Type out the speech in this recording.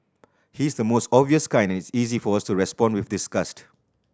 he is the most obvious kind and it's easy for us to respond with disgust